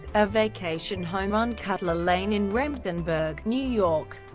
a vacation home on cutler lane in remsenburg, new york.